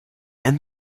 and